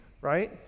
right